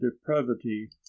depravity